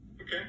Okay